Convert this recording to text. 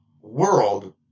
world